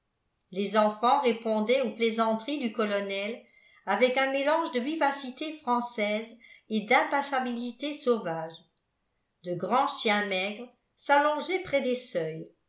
les enfants répondaient aux plaisanteries du colonel avec un mélange de vivacité française et d'impassibilité sauvage de grands chiens maigres s'allongeaient près des seuils